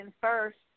first